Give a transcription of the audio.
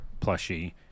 plushie